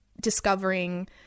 discovering